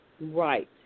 Right